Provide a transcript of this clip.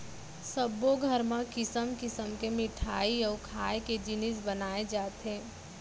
सब्बो घर म किसम किसम के मिठई अउ खाए के जिनिस बनाए जाथे